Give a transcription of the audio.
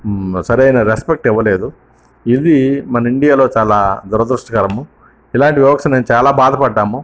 సరైన రెస్పెక్ట్ ఇవ్వలేదు ఇది మన ఇండియాలో చాలా దురదృష్టకరం ఇలాంటి వర్క్స్ మేము చాలా బాధపడ్డాము